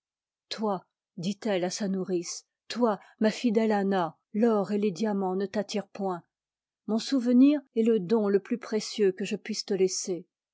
toi dit-elle à sa nourrice toi ma mète anna l'or et les diamants ne t'attirent point mon souvenir est le don le plus précieux que je puisse te laisser